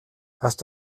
hast